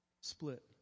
Split